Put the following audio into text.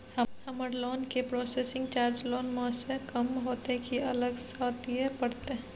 हमर लोन के processing charge loan म स कम होतै की अलग स दिए परतै?